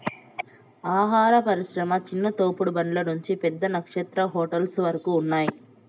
ఆహార పరిశ్రమ చిన్న తోపుడు బండ్ల నుంచి పెద్ద నక్షత్ర హోటల్స్ వరకు ఉన్నాయ్